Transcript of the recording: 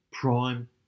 Prime